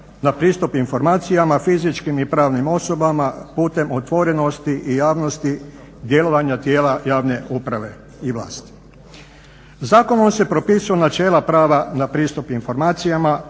na pristup informacijama fizičkim i pravnim osobama putem otvorenosti i javnosti djelovanja tijela javne uprave i vlasti. Zakonom se propisuju načela prava na pristup informacijama,